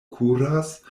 kuras